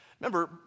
Remember